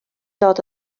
dod